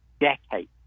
decades